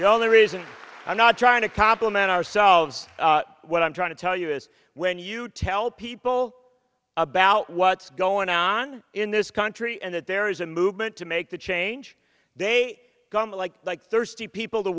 the only reason i'm not trying to compliment ourselves what i'm trying to tell you is when you tell people about what's going on in this country and that there is a movement to make the change they become like like thirsty people the